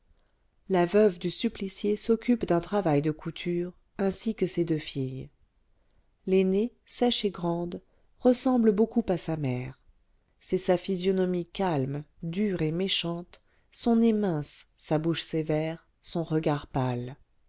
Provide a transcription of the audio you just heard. la veuve du supplicié s'occupe d'un travail de couture ainsi que ses deux filles l'aînée sèche et grande ressemble beaucoup à sa mère c'est sa physionomie calme dure et méchante son nez mince sa bouche sévère son regard pâle